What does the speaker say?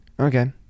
Okay